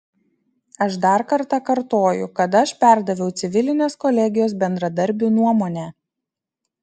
aš dar kartą kartoju kad aš perdaviau civilinės kolegijos bendradarbių nuomonę